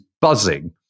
buzzing